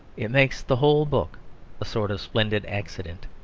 it makes the whole book a sort of splendid accident.